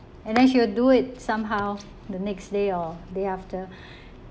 and then she will do it somehow the next day or day after